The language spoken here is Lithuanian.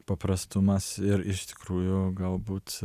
paprastumas ir iš tikrųjų galbūt